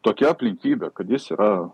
tokia aplinkybė kad jis yra